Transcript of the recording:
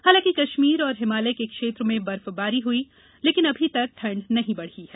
हालाकि ंकश्मीर और हिमालय के क्षेत्र में बर्फबारी हुई लेकिन अभी तक ठंड नहीं बढ़ी है